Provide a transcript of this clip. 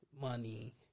money